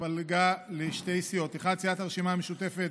התפלגה לשתי סיעות: סיעת הרשימה המשותפת,